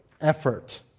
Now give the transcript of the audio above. effort